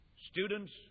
Students